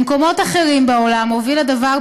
במקומות אחרים בעולם הוביל הדבר,